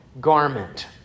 garment